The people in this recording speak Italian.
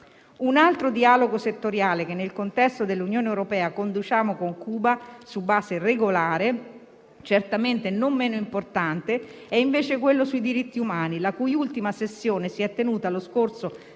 Un altro dialogo settoriale che nel contesto dell'Unione europea conduciamo con Cuba su base regolare, certamente non meno importante, è invece quello sui diritti umani, la cui ultima sessione si è tenuta lo scorso